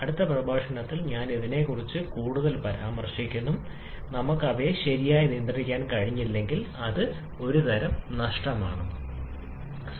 ഈ സംയോജനത്തിൽ എന്നറിയപ്പെടുന്ന ഒരു പദം അവതരിപ്പിക്കാൻ ഞാൻ ആഗ്രഹിക്കുന്നു സ്റ്റൈക്കിയോമെട്രിക് അനുപാതം അല്ലെങ്കിൽ സ്റ്റൈക്കിയോമെട്രിക് മിശ്രിതം